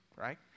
right